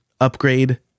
upgrade